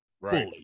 right